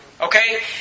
okay